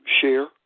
share